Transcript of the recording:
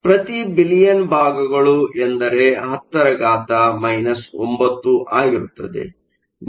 ಆಗಿದೆ ಪ್ರತಿ ಬಿಲಿಯನ್ ಭಾಗಗಳು ಎಂದರೆ 10 9 ಆಗಿರುತ್ತದೆ